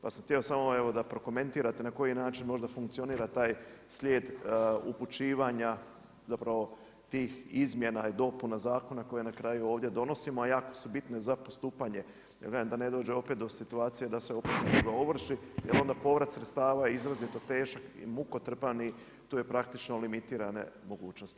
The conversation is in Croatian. Pa sam htio samo evo da prokomentirate na koji način možda funkcionira taj slijed upućivanja zapravo tih izmjena i dopuna zakona koji na kraju ovdje donosimo a jako su bitne za postupanje, jer kažem da ne dođe opet do situacije da se … [[Govornik se ne čuje.]] ovrši, jer onda povrat sredstava je izrazito težak i mukotrpan i tu je praktično limitirane mogućnosti.